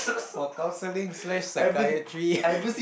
for counselling slash psychiatry